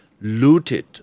Looted